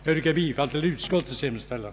Jag yrkar bifall till utskottets hemställan.